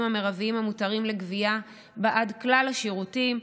המרביים המותרים לגבייה בעד כלל השירותים,